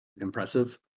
impressive